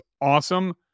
awesome